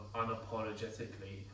unapologetically